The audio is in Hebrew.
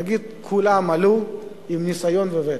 נגיד כולם עלו עם ניסיון וותק,